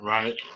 Right